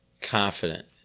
Confident